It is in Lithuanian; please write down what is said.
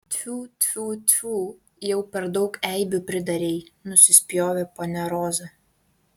tfiu tfiu tfiu jau per daug eibių pridarei nusispjovė ponia roza